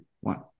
one